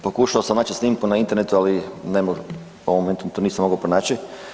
Pokušao sam naći snimku na Internetu, ali ne mogu, u ovom trenutku nisam mogao pronaći.